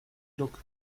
look